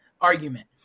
argument